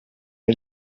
era